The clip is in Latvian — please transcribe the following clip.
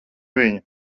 viņa